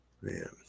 Man